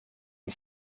and